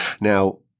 Now